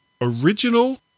original